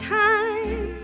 time